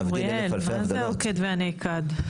מה זה העוקד והנעקד.